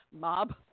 mob